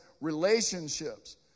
relationships